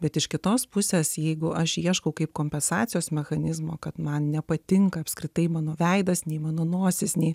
bet iš kitos pusės jeigu aš ieškau kaip kompensacijos mechanizmo kad man nepatinka apskritai mano veidas nei mano nosis nei